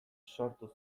sortu